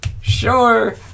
sure